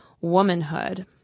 womanhood